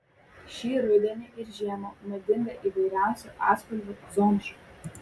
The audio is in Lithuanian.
šį rudenį ir žiemą madinga įvairiausių atspalvių zomša